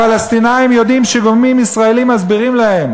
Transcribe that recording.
הפלסטינים יודעים שגורמים ישראליים מסבירים להם